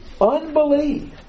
unbelief